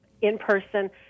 in-person